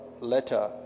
letter